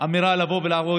אמירה לא מדודה.